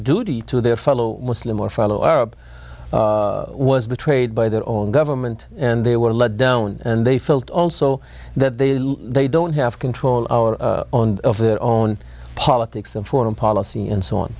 duty to their fellow muslim or fellow arab was betrayed by their own government and they were let down and they felt also that they they don't have control of their own politics and foreign policy and so on